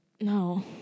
No